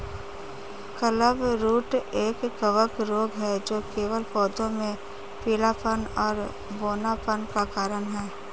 clubroot एक कवक रोग है जो केवल पौधों में पीलापन और बौनापन का कारण है